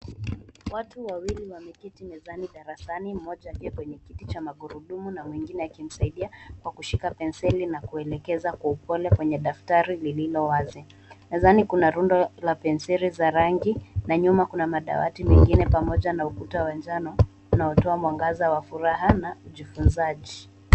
Watu wawili wameketi mezani darasani, mmoja aliye kwenye kiti cha magurudumu na mwingine akimsaidia kwa kushika penseli na kuelekeza kwa upole kwenye daftari lililo wazi. Mezani kuna penseli za rundo za rangi na nyuma kuna madawati mengine pamoja na ukuta wa njano unaotoa mwangaza wa furaha na ujifunzaji.